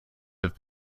have